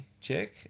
check